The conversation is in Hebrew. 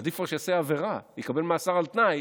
עדיף כבר שיעשה עבירה, יקבל מאסר על תנאי